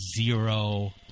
zero